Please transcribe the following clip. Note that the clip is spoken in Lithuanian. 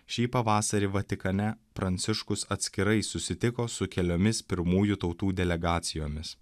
šį pavasarį vatikane pranciškus atskirai susitiko su keliomis pirmųjų tautų delegacijomis